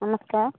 ନମସ୍କାର